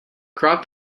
crop